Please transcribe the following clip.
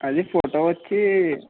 అది ఫోటో వచ్చి